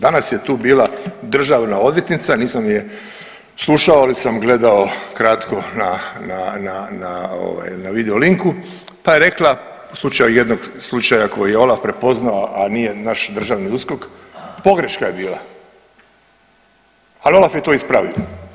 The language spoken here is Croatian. Danas je tu bila državna odvjetnica, nisam je slušao ali sam gledao kratko na video linku pa je rekla u slučaju jednog slučaja koji je Olaf prepoznao a nije naš državni USKOK pogreška je bila, ali Olaf je to ispravio.